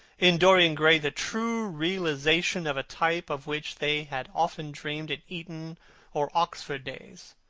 in dorian gray the true realization of a type of which they had often dreamed in eton or oxford days,